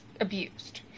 abused